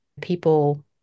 People